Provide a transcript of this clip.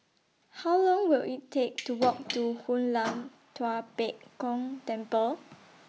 How Long Will IT Take to Walk to Hoon Lam Tua Pek Kong Temple